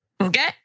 Okay